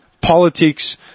politics